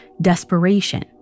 desperation